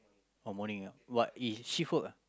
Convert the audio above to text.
oh morning ah what it's shift work ah